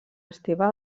esteve